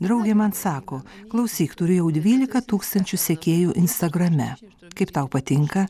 draugė man sako klausyk turiu jau dvylika tūkstančių sekėjų instagrame kaip tau patinka